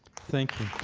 thank